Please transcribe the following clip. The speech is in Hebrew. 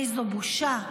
איזו בושה,